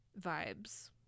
vibes